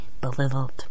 belittled